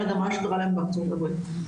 אלא מה שקרה להם בארצות הברית.